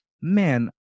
man